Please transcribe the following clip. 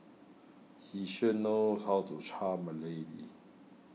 he sure know how to charm a lady